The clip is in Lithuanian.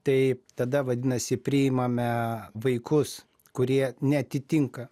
tai tada vadinasi priimame vaikus kurie neatitinka